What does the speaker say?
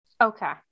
Okay